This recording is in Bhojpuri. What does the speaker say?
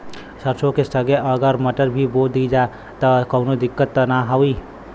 सरसो के संगे अगर मटर भी बो दी त कवनो दिक्कत त ना होय?